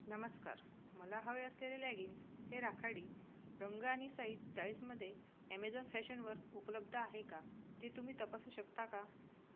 नमस्कार मला हवे असलेले लेगिन्स हे राखाडी रंग आणि साईज चाळीसमध्ये ॲमेझॉन फॅशनवर उपलब्ध आहे का ते तुम्ही तपासू शकता का